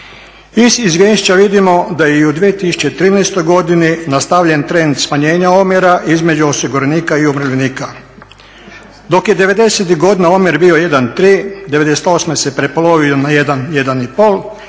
Iz izvješća vidimo da je i u 2013. godini nastavljen trend smanjenja omjera između osiguranika i umirovljenika. Dok je '90.-tih godina omjer bio 1:3, '98. se prepolovio na 1,